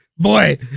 Boy